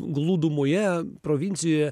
glūdumoje provincijoje